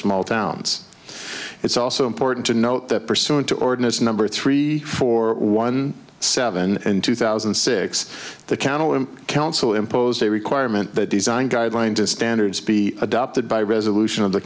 small towns it's also important to note that pursuant to ordinance number three four one seven and two thousand six the council in council imposed a requirement that design guidelines and standards be adopted by resolution of the